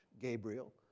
Gabriel